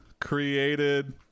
created